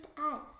eyes